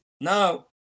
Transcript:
Now